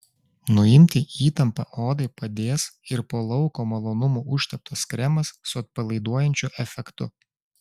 nuimti įtampą odai padės ir po lauko malonumų užteptas kremas su atpalaiduojančiu efektu